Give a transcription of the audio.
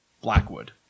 blackwood